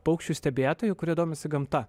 paukščių stebėtojų kurie domisi gamta